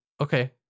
Okay